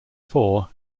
four